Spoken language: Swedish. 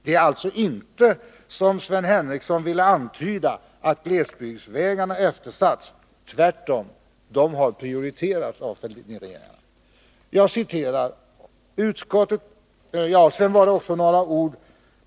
Det är alltså inte så, vilket Sven Henricsson vill antyda, att glesbygdsvägarna har eftersatts. Tvärtom: de har prioriterats av Fälldinregeringarna.